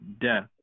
death